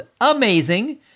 amazing